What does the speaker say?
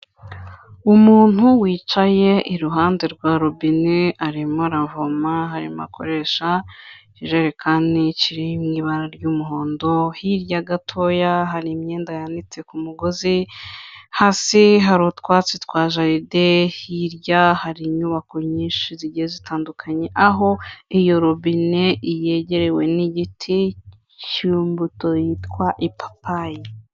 umuntu wicaye iruhande rwa robine arimo aravoma, arimo akoresha ikijerekani kiri mu ibara ry'umuhondo, hirya gatoya hari imyenda yanitse ku mugozi, hasi hari utwatsi twa jaride, hirya hari inyubako nyinshi zigiye zitandukanye aho iyo robine yegerewe n'igiti cy'mbuto yitwa ipapayi.